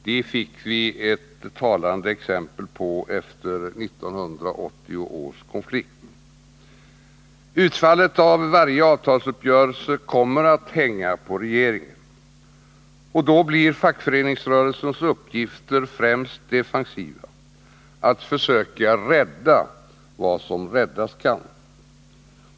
Det fick vi ett talande exempel på efter 1980 års konflikt. Utfallet av varje avtalsuppgörelse kommer att hänga på regeringen. Då blir fackföreningsrörelsens första uppgift defensiv: att försöka rädda vad som räddas kan.